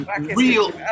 real